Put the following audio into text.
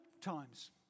times